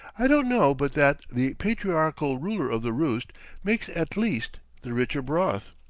i don't know but that the patriarchal ruler of the roost makes at least the richer broth.